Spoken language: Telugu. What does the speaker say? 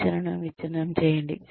శిక్షణను విచ్ఛిన్నం చేయండి